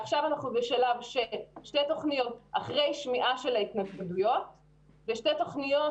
עכשיו אנחנו בשלב ששתי תוכניות אחרי שמיעה של התנגדויות ושתי תוכניות